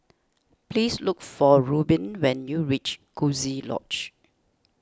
please look for Reubin when you reach Coziee Lodge